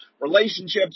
relationships